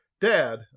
Dad